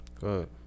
Good